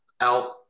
out